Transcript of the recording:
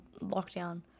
lockdown